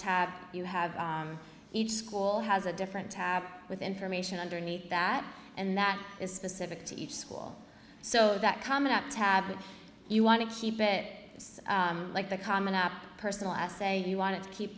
tab you have each school has a different tab with information underneath that and that is specific to each school so that coming up tab if you want to keep it like the common app personal essay you want to keep